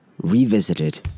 Revisited